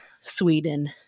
Sweden